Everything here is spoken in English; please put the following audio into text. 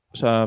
sa